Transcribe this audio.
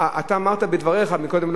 אתה אמרת בדבריך קודם,